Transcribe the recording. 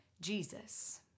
Jesus